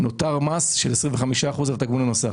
נותר מס של 25% על התגמול הנוסף.